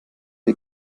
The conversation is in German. die